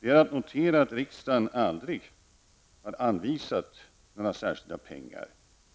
Det är att notera att riksdagen aldrig har anvisat några särskilda pengar